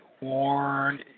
warn